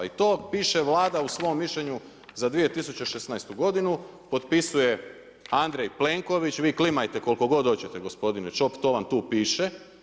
I to piše Vlada u svom mišljenju za 2016. godinu, potpisuje Andrej Plenković, vi klimajte koliko god hoćete gospodine Čop to vam tu piše.